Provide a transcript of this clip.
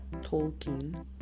Tolkien